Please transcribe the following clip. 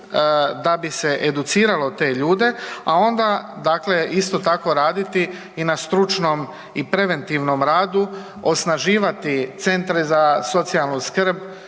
da bi se educiralo te ljude, a onda dakle isto tako raditi i na stručnom i na preventivnom radu, osnaživati centre za socijalnu skrb,